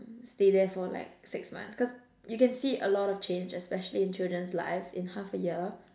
stay there for like six months cause you can see a lot of change especially in children's lives in half a year